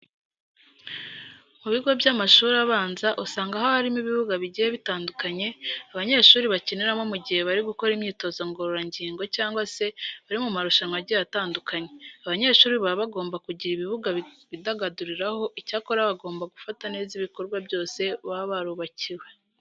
Mu bigo by'amashuri abanza usanga haba harimo ibibuga bigiye bitandukanye abanyeshuri bakiniramo mu gihe bari gukora imyitozo ngororangingo cyangwa se bari mu marushanwa agiye atandukanye. Abanyeshuri baba bagomba kugira ibibuga bidagaduriraho. Icyakora baba bagomba gufata neza ibikorwa byose baba barubakiwe.